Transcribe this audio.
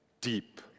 deep